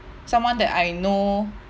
someone that I know